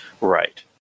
Right